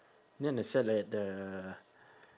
no no sell at the